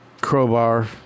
crowbar